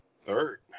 third